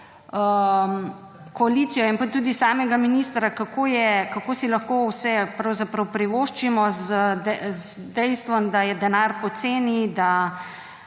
koalicijo in tudi samega ministra, kako si lahko vse pravzaprav privoščimo z dejstvom, da je denar poceni, da